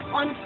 on